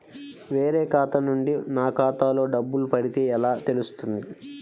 వేరే ఖాతా నుండి నా ఖాతాలో డబ్బులు పడితే ఎలా తెలుస్తుంది?